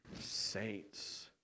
saints